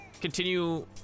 continue